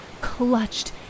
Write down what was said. clutched